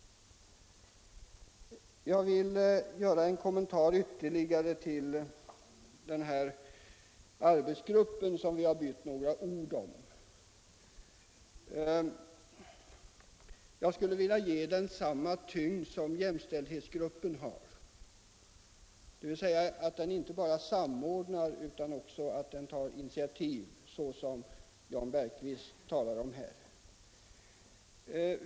Jag vill ytterligare kommentera den arbetsgrupp, som vi har bytt några ord om. Jag vill ge den samma tyngd som jämställdhetsgruppen. Den bör inte bara samordna utan även ta initiativ, vilket herr Bergqvist här nämnde.